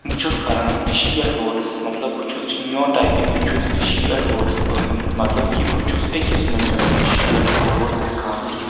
بہٕ چھُس کَران شیٹھ وٲڈس مطلب بہٕ چھُس میون ٹایپِنٛگ یُس چھُ یَتھ شیٖٹھ وٲڈس پٔر مِنَٹ مطلب کہِ بہٕ چھُس أکِس مِنٹَس منٛز شیٹھ وٲڈ ہؠکان لیکھِتھ